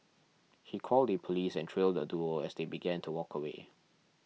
he called the police and trailed the duo as they began to walk away